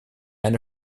eine